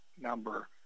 number